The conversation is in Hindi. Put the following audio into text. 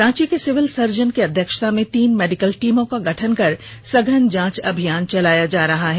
रांची के सिविल सर्जन की अध्यक्षता में तीन मेडिकल टीम का गठन कर सघन जांच अभियान चलाया जा रहा है